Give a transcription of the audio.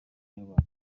nyarwanda